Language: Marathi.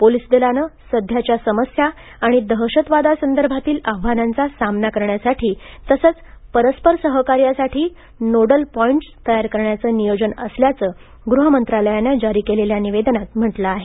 पोलीस दलानं सध्याच्या समस्या आणि दहशतवादासंदर्भातील आव्हानांचा सामना करण्यासाठी तसंच परस्पर सहकार्यासाठी नोडल पॉइंट्स तयार करण्याचं नियोजन असल्याचं गृहमंत्रालयानं जारी केलेल्या निवेदनांत म्हटलं आहे